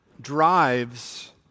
drives